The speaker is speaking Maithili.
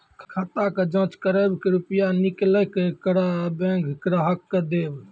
खाता के जाँच करेब के रुपिया निकैलक करऽ बैंक ग्राहक के देब?